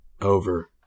over